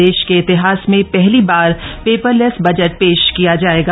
देश के इतिहास में पहली बार पेपरलेस बजट पेश किया जाएगा